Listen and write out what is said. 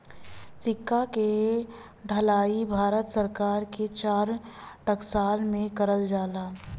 सिक्का क ढलाई भारत सरकार के चार टकसाल में करल जाला